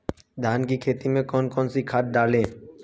धान की खेती में कौन कौन सी खाद डालें?